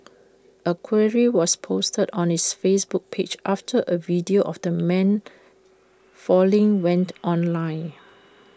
A query was posted on its Facebook page after A video of the man falling went online